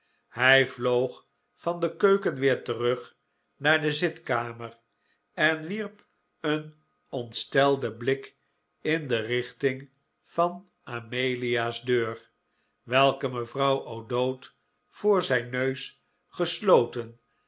hij vloog van de keuken weer terug naar de zitkamer en wierp een ontstelden blik in de richting van amelia's deur welke mevrouw o'dowd voor zijn neus